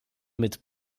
mit